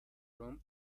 room